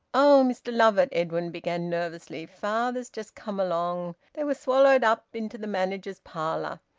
oh, mr lovatt, edwin began nervously. father's just come along they were swallowed up into the manager's parlour.